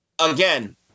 Again